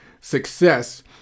success